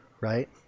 right